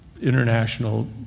international